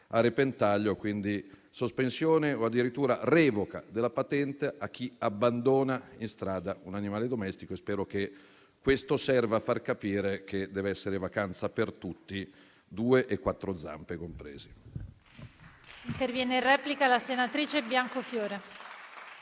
che viaggiano. Sospensione o addirittura revoca della patente, quindi, per chi abbandona in strada un animale domestico e io spero che questo serva a far capire che dev'essere vacanza per tutti, due e quattro zampe comprese.